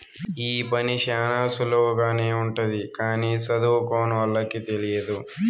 ఈ పని శ్యానా సులువుగానే ఉంటది కానీ సదువుకోనోళ్ళకి తెలియదు